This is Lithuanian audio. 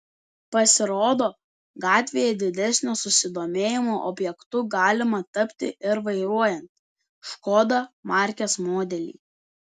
pasirodo gatvėje didesnio susidomėjimo objektu galima tapti ir vairuojant škoda markės modelį